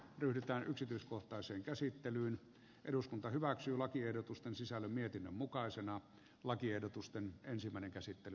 yltä yksityiskohtaiseen käsittelyyn eduskunta hyväksyy lakiehdotusten sisällön mietinnön mukaisena lakiehdotusten ensimmäinen käsittely